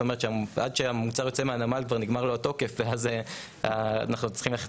עד שהמוצר יוצא מהנמל כבר נגמר לו התוקף ואז אנחנו צריכים ללכת